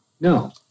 no